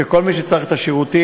כל מי שצריך את השירותים,